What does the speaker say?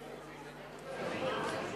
זה ייגמר עד אז?